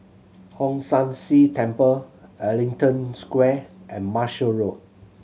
Hong San See Temple Ellington Square and Marshall Road